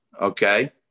okay